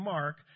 Mark